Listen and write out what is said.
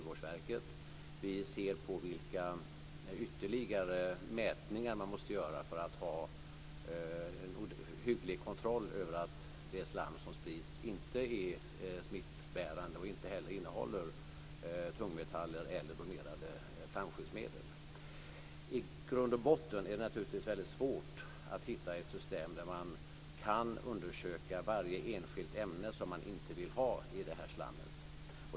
Vi ser på vilka ytterligare mätningar som måste göras för att vi ska ha en hygglig kontroll över att det slam som sprids inte är smittbärande och inte heller innehåller tungmetaller eller bromerade flamskyddsmedel. I grund och botten är det naturligtvis väldigt svårt att hitta ett system där man kan undersöka varje enskilt ämne som man inte vill ha i det här slammet.